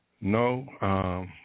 No